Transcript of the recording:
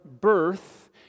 birth